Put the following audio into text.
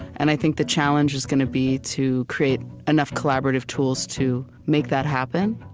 and i think the challenge is going to be to create enough collaborative tools to make that happen.